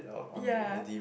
ya